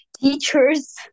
teachers